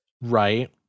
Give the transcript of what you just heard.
Right